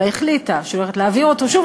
אלא החליטה שהיא הולכת להעביר אותו שוב